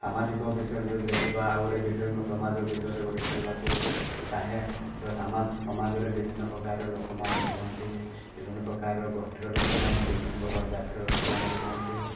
ସାମାଜିକ ବିଷୟରେ ଯଦି ଦେଖିବା ଆଉ ଗୋଟେ ବିଷୟ ମୁଁ ସମାଜ ବିଷୟରେ ଗୋଟେ କହିବାକୁ ଚାହେଁ ଯେଉଁ ସମାଜରେ ବିଭିନ୍ନପ୍ରକାର ଲୋକ ରୁହନ୍ତି ବିଭିନ୍ନପ୍ରକାର ଗୋଷ୍ଠୀର ଲୋକମାନେ ବିଭିନ୍ନପ୍ରକାର ଜାତିର ଲୋକମନେ ରୁହନ୍ତି